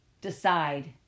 decide